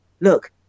look